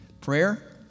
prayer